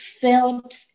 felt